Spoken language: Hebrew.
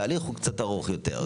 התהליך הוא קצת ארוך יותר.